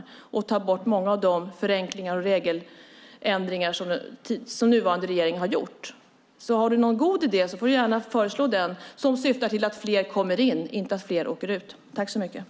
Ni vill ju ta bort många av de förenklingar och regeländringar som den nuvarande regeringen har gjort. Om du har någon god idé som syftar till att fler kommer in och inte att fler åker ut får du gärna föreslå den.